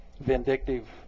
vindictive